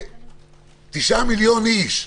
כש-9 מיליון איש,